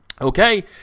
Okay